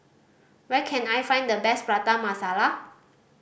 where can I find the best Prata Masala